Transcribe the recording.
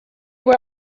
were